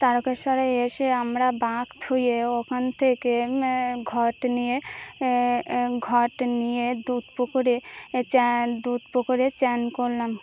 তারকেস্বরে এসে আমরা বাঁক থুয়ে ওখান থেকে ঘট নিয়ে ঘট নিয়ে দুধ পুকুরে চান দুধ পকড়ে চান করলাম